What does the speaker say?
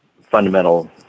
fundamental